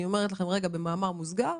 אני אומרת לכם במאמר מוסגר